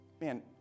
Man